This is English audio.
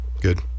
Good